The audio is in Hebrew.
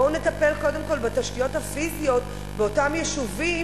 בואו נטפל קודם כול בתשתיות הפיזיות באותם יישובים,